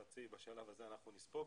חצי בשלב הזה אנחנו נספוג.